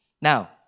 Now